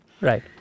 Right